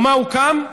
ומה הוקם?